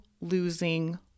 losing